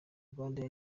rwandair